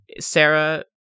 Sarah